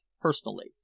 personally